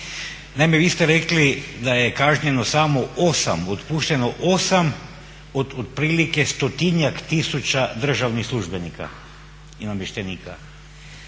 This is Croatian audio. Naime, vi ste rekli da je kažnjeno samo 8, otpušteno 8 od otprilike 100-njak tisuća državnih službenika i namještenika.